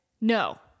No